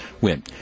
win